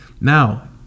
Now